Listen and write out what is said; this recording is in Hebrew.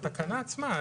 בתקנה עצמה.